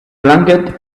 blanket